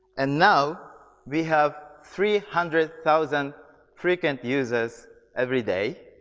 and now we have three hundred thousand frequent users every day.